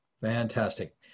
Fantastic